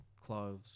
clothes